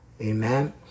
Amen